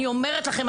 אני אומרת לכם,